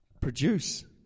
produce